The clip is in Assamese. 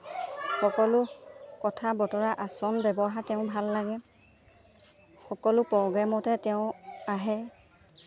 সকলো কথা বতৰা আচৰণ ব্যৱহাৰ তেওঁ ভাল লাগে সকলো প্ৰগ্ৰেমতে তেওঁ আহে